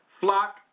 flock